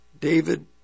David